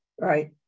Right